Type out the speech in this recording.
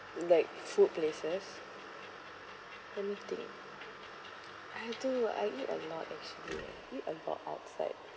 like food places let me think I do I eat a lot actually I eat a lot outside